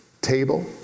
table